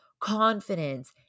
confidence